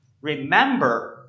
remember